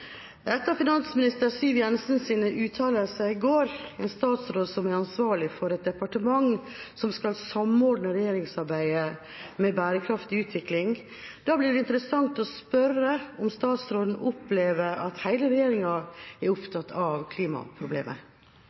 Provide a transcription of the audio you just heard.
Etter finansminister Siv Jensens uttalelser i går, en statsråd som er ansvarlig for et departement som skal samordne regjeringsarbeidet med bærekraftig utvikling, blir det interessant å spørre om statsråden opplever at hele regjeringa er opptatt av klimaproblemet?